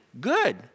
good